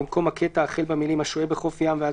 במקום הקטע החל במילים "השוהה בחוף ים" ועד